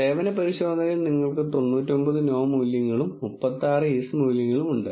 സേവന പരിശോധനയിൽ ഞങ്ങൾക്ക് 99 നോ മൂല്യങ്ങളും 36 യെസ് മൂല്യങ്ങളും ഉണ്ട്